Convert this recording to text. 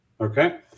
Okay